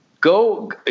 go, –